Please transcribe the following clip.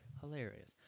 hilarious